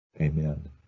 Amen